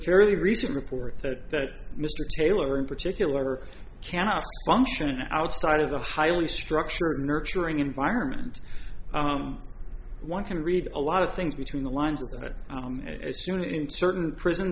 fairly recent reports that mr taylor in particular cannot function outside of the highly structured nurturing environment one can read a lot of things between the lines of it as unit in certain prison